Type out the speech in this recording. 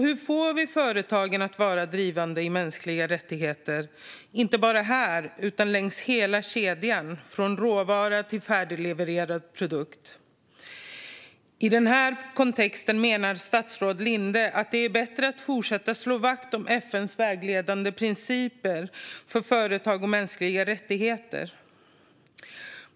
Hur får vi företagen att vara drivande i fråga om mänskliga rättigheter, inte bara här utan längs hela kedjan, från råvara till färdiglevererad produkt? I denna kontext menar statsrådet Linde att det är bättre att fortsätta att slå vakt om FN:s vägledande principer för företag och mänskliga rättigheter.